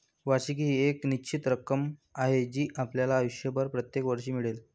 वार्षिकी ही एक निश्चित रक्कम आहे जी आपल्याला आयुष्यभर प्रत्येक वर्षी मिळेल